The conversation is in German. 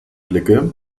blicke